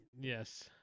Yes